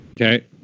Okay